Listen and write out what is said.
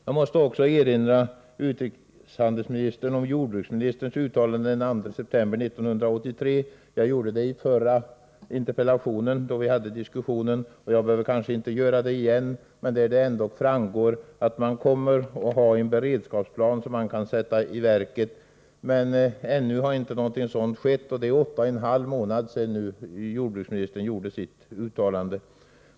Jag måste också erinra utrikeshandelsministern om jordbruksministerns uttalande den 2 september 1983. Jag gjorde detta också i en tidigare interpellationsdebatt, så jag behöver kanske inte citera uttalandet igen. Det framgår av uttalandet att det kommer att finnas en beredskapsplan som kan sättas i verket. Men ännu har inte någonting skett, och det är nu åtta och en halv månader sedan jordbruksministern gjorde sitt uttalande.